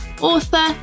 author